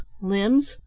limbs